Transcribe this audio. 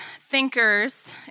thinkers